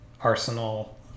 arsenal